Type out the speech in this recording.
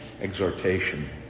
exhortation